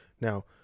Now